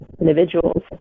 individuals